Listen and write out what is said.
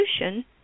solution